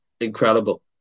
Incredible